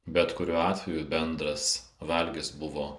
bet kuriuo atveju bendras valgis buvo